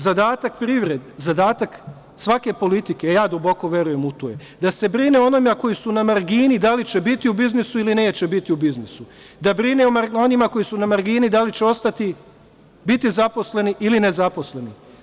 Zadatak privrede, zadatak svake politike, ja duboko verujem u to, je da se brine o onima koji su na margini da li će biti u biznisu ili neće biti u biznisu, da brine o onima koji su na margini da li će ostati, biti zaposleni ili nezaposleni.